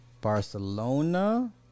barcelona